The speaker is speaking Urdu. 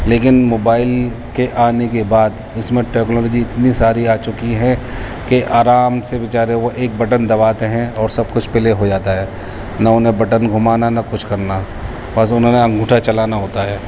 لیکن موبائل کے آنے کے بعد اس میں ٹیکنالوجی اتنی ساری آ چکی ہے کہ آرام سے بچارے وہ ایک بٹن دباتے ہیں اور سب کچھ پلے ہو جاتا ہے نہ انہیں بٹن گھمانا نہ کچھ کرنا بس انہیں انگوٹھا چلانا ہوتا ہے